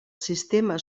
sistema